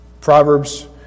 Proverbs